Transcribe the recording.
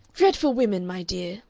dreadful women, my dear!